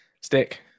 stick